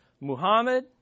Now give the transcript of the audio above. Muhammad